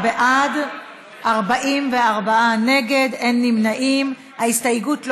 יואל רזבוזוב,